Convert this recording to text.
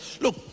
look